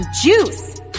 juice